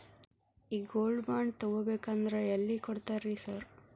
ಈ gold bond ತಗಾಬೇಕಂದ್ರ ಎಲ್ಲಿ ಕೊಡ್ತಾರ ರೇ ಸಾರ್?